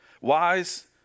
Wise